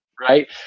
Right